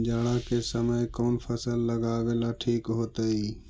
जाड़ा के समय कौन फसल लगावेला ठिक होतइ?